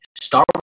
star